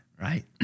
Right